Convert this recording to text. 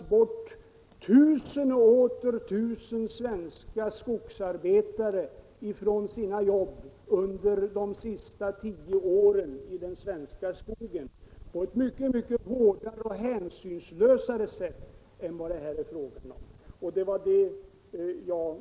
a. har tusen och åter tusen skogsarbetare under de senaste tio åren rationaliserats bort från sina jobb i den svenska skogen på ett mycket hårdare och hänsynslösare sätt än vad det här är fråga om. Många har också tvingats flytta till andra orter för att få jobb.